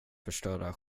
förstöra